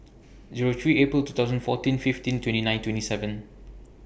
Zero three April two thousand fourteen fifteen twenty nine twenty seven